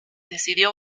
decidió